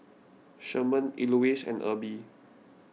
Sherman Elouise and Erby